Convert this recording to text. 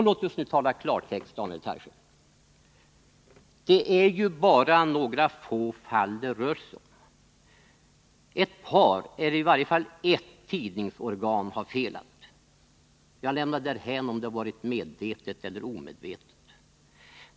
Låt oss nu tala klartext, Daniel Tarschys. Det är ju bara några få fall det rör sig om. Ett par — i varje fall ett — tidningsorgan har felat. Jag lämnar därhän om det varit medvetet eller omedvetet.